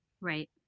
Right